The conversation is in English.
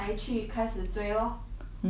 mm actually 我觉得 this year qui~ quite